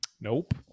nope